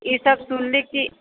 ईसभ सुनली कि